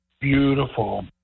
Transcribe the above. beautiful